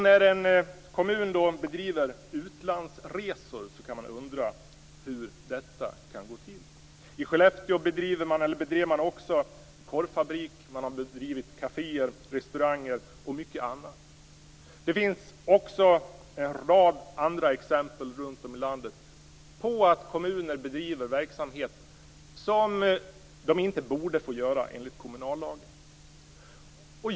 När en kommun då bedriver utlandsresor kan man undra hur det kan gå till. I Skellefteå bedrev man också korvfabrik, kaféer, restauranger och mycket annat. Det finns också en rad andra exempel runt om i landet på att kommuner bedriver verksamhet som de inte borde få göra enligt kommunallagen.